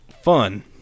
fun